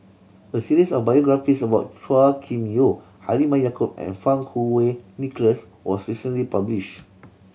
a series of biographies about Chua Kim Yeow Halimah Yacob and Fang Kuo Wei Nicholas was recently publishe